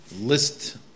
list